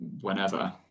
whenever